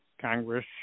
Congress